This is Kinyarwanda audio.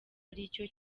aricyo